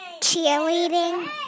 Cheerleading